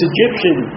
Egyptian